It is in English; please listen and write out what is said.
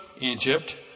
Egypt